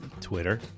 Twitter